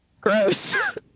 Gross